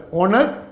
owners